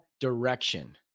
direction